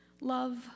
love